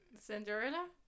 Cinderella